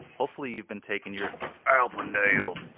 hopefully you've been taking your alpha nail